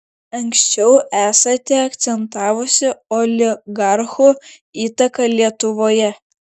anksčiau esate akcentavusi oligarchų įtaką lietuvoje